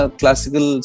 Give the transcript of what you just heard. classical